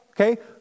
Okay